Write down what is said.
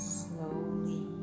slowly